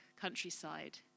countryside